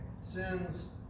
sin's